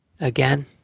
again